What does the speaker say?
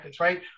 right